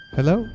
Hello